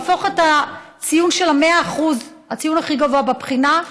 להפוך את הציון של 100% הציון הכי גבוה בבחינה,